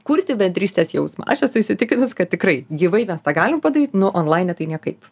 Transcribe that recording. kurti bendrystės jausmą aš esu įsitikinus kad tikrai gyvai mes tą galim padaryt nu onlaine tai niekaip